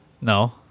No